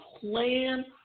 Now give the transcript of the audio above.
plan